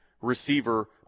receiver